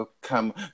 come